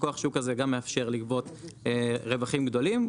הכוח שוק הזה גם מאפשר לגבות רווחים גדולים,